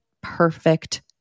perfect